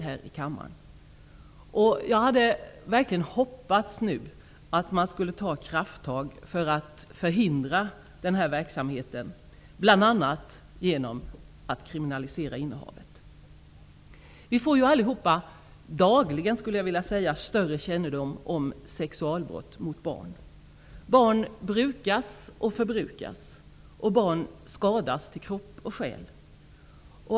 Nu hade jag verkligen hoppats att man skulle ta krafttag för att förhindra den verksamheten, bl.a. genom att kriminalisera innehavet. Vi får allihop dagligen större kännedom om sexualbrott mot barn. Barn brukas och förbrukas. Barn skadas till kropp och själ.